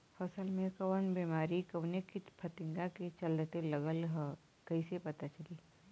फसल में कवन बेमारी कवने कीट फतिंगा के चलते लगल ह कइसे पता चली?